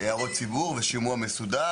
להערות ציבור ושימוע מסודר.